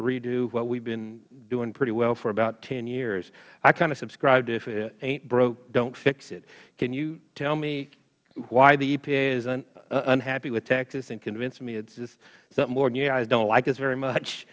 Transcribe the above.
redo what we have been doing pretty well for about hyears i kind of subscribe to if it ain't broke don't fix it can you tell me why the epa is unhappy with texas and convince me it is just something more than you guys don't like us very much